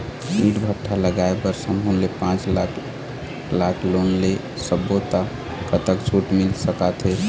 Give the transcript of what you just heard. ईंट भट्ठा लगाए बर समूह ले पांच लाख लाख़ लोन ले सब्बो ता कतक छूट मिल सका थे?